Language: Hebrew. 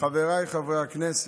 חבריי חברי הכנסת,